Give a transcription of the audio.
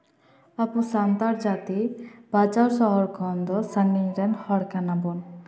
ᱟᱵᱚ ᱥᱟᱱᱛᱟᱲ ᱡᱟᱛᱤ ᱵᱟᱡᱟᱨ ᱥᱟᱦᱟᱨ ᱠᱷᱚᱱ ᱫᱚ ᱥᱟᱺᱜᱤᱧ ᱨᱮᱱ ᱦᱚᱲ ᱠᱟᱱᱟᱵᱚᱱ